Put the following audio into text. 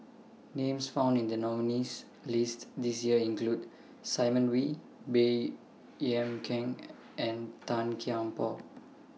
Names found in The nominees' list This Year include Simon Wee Baey Yam Keng and Tan Kian Por